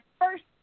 first